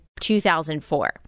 2004